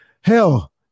Hell